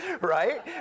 Right